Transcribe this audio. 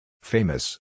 Famous